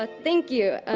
ah thank you.